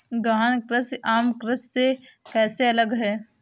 गहन कृषि आम कृषि से कैसे अलग है?